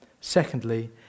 secondly